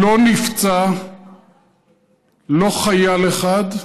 לא נפצע לא חייל אחד,